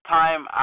time